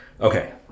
Okay